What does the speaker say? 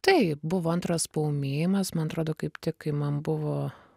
taip buvo antras paūmėjimas man atrodo kaip tik kai man buvo